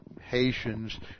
Haitians